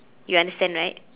you understand right